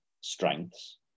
strengths